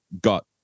got